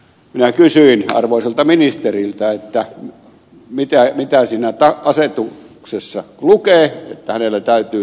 minä kysyin arvoisalta ministeriltä mitä siinä asetuksessa lukee hänellä täytyy sellainen jo olla